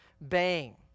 Bang